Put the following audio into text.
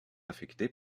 affectée